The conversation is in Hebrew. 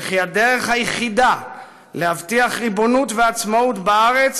וכי הדרך היחידה להבטיח ריבונות ועצמאות בארץ